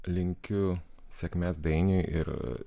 linkiu sėkmės dainiui ir